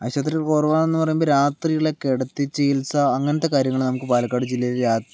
ആശുപത്രി കുറവാണെന്നു പറയുമ്പോൾ രാത്രിലെ കിടത്തി ചികിത്സ അങ്ങനത്തെ കാര്യങ്ങൾ നമുക്ക് പാലക്കാട് ജില്ലയിൽ